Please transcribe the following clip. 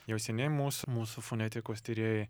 jau seniai mūsų mūsų fonetikos tyrėjai